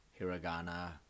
hiragana